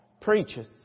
preacheth